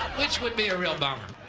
which would be a real bummer.